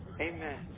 Amen